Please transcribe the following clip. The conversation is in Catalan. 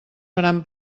faran